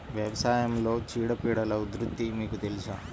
వ్యవసాయంలో చీడపీడల ఉధృతి మీకు తెలుసా?